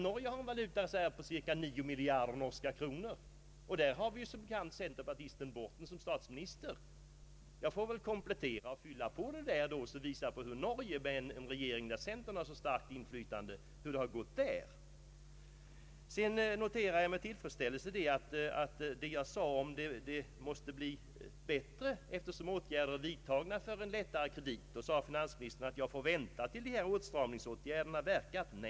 Norge har en valutareserv på cirka nio miljarder norska kronor. Där är som bekant centerpartisten Borten statsminister. Jag får komplettera framställningen och visa på hur det har gått i ett land där centern har starkt inflytande. Jag noterade med tillfredsställelse att det måste bli bättre på kreditmarknaden nu, eftersom åtgärder har vidtagits som skall möjliggöra lättnader i fråga om krediterna, men finansministern sade att jag får vänta till dess åtstramningsåtgärdena har verkat.